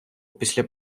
після